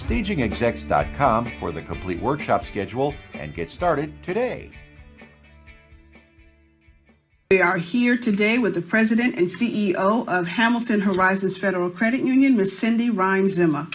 staging exec's dot com for the complete workshop schedule and get started today we are here today with the president and c e o of hamilton horizons federal credit union ascend the rhymes